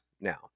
now